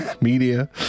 media